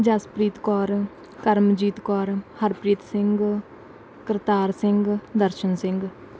Jaspreet Kaur Karamjeet Kaur Harpreet Singh Kartar Singh Darshan Singh